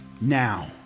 now